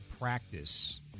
practice